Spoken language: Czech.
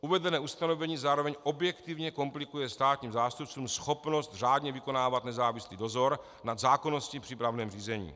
Uvedené ustanovení zároveň objektivně komplikuje státním zástupcům schopnost řádně vykonávat nezávislý dozor nad zákonností v přípravném řízení.